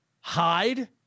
hide